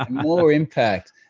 um more impact.